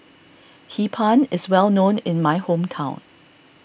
Hee Pan is well known in my hometown